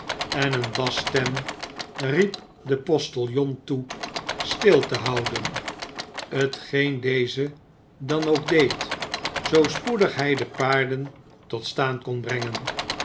en eene basstetn riep den postiljon toe stil te houden t geen deze dan ook deed zoo spoedig hij de paarden tot staan kon brengen